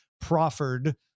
proffered